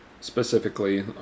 Specifically